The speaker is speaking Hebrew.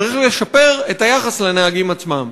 צריך לשפר את היחס לנהגים עצמם.